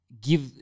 give